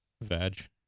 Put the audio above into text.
vag